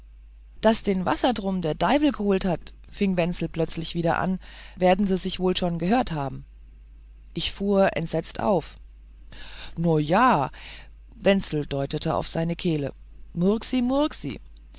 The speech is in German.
daß den wassertrum der deiwel g'holt hat fing wenzel plötzlich wieder an wärden sie sich wohl schon gehärt haben ich fuhr entsetzt auf no ja wenzel deutete auf seine kehle murxi murxi